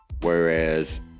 whereas